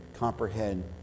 comprehend